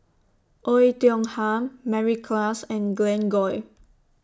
Oei Tiong Ham Mary Klass and Glen Goei